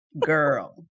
girl